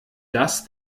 das